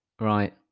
Right